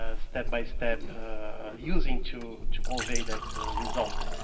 ah step-by-step using to to convey that result.